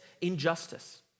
injustice